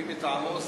מי מטעמו,